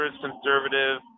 conservative